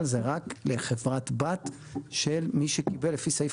אבל זה רק לחברת בת של מי שקיבל לפי סעיף